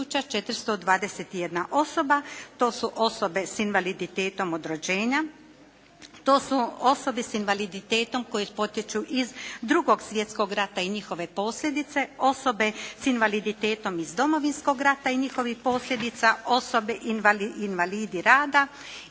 421 osoba to su osobe s invaliditetom od rođenja, to su osobe s invaliditetom koje potječu iz drugog svjetskog rata i njihove posljedice, osobe s invaliditetom iz Domovinskog rata i njihovih posljedica, osobe invalidi rada, invalidi kao posljedice